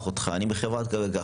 אותך?" הוא אומר "אני מחברה כך וכך".